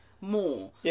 more